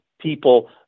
people